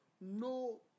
no